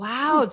Wow